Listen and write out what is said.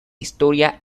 historia